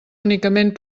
únicament